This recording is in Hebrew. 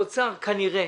משרד האוצר כנראה